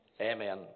Amen